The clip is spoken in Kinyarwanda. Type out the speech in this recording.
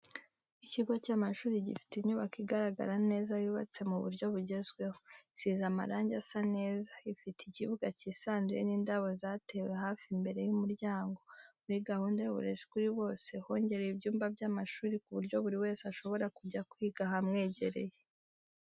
Ikigo cy'amashuri gifite inyubako igaragara neza yubatse mu buryo bugezweho, isize amarange asa neza, ifite ikibuga cyisanzuye n'indabo zatewe hafi imbere y'umuryango, muri gahunda y'uburezi kuri bose hongerewe ibyumba by'amashuri ku buryo buri wese ashobora kujya kwiga ahamwegereye.